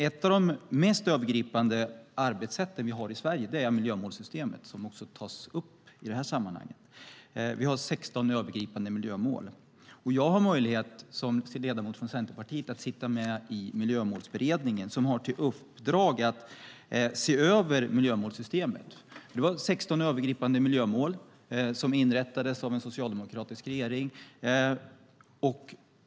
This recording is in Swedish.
Ett av de mest övergripande arbetssätten i Sverige är miljömålssystemet, som också tas upp i det här sammanhanget. Vi har 16 övergripande miljömål. Som centerledamot har jag möjlighet att sitta med i Miljömålsberedningen som har i uppdrag att se över miljömålssystemet. 16 övergripande miljömål inrättades av en socialdemokratisk regering.